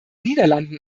niederlanden